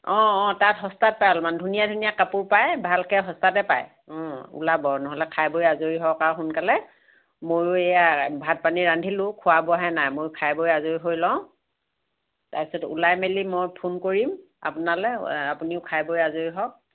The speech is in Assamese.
অ অ তাত সস্তাত পায় অলপমান ধুনীয়া ধুনীয়া কাপোৰ পায় ভালকৈ সস্তাতে পায় ওলাব নহ'লে খাই বৈ আজৰি হওক আৰু সোনকালে মইও এয়া ভাত পানী ৰান্ধিলোঁ খোৱা বোৱোহে নাই মই খাই বৈ আজৰি হৈ লওঁ তাৰ পিছত ওলাই মেলি মই ফোন কৰিম আপোনালৈ এ আপুনিও খাই বৈ আজৰি হওক